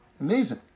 Amazing